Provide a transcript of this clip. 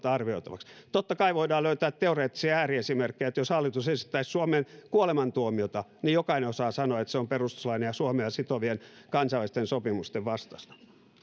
arvioitavaksi totta kai voidaan löytää teoreettisia ääriesimerkkejä jos hallitus esittäisi suomeen kuolemantuomiota niin jokainen osaa sanoa että se on perustuslain ja suomea sitovien kansainvälisten sopimusten